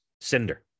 Cinder